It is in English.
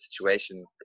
situation